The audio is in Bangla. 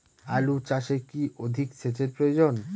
আলু চাষে কি অধিক সেচের প্রয়োজন?